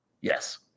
Yes